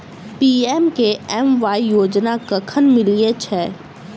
PMKMY योजना कखन मिलय छै?